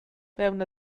fewn